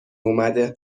اومده